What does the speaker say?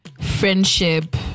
friendship